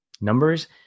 numbers